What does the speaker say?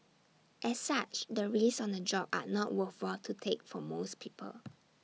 as such the risks on the job are not worthwhile to take for most people